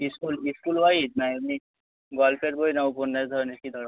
school school wise না এমনি গল্পের বই না উপন্যাস ধরনের কী ধরনের